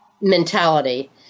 mentality